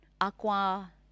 aqua